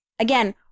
Again